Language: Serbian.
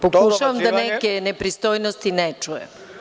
Pokušavam da neke nepristojnosti ne čujem.